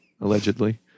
allegedly